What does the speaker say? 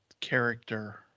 character